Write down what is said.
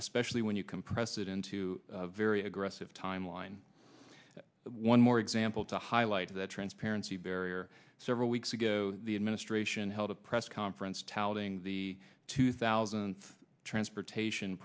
especially when you compress it into a very aggressive timeline one more example to highlight that transparency barrier several weeks ago the administration held a press conference touting the two thousand and transportation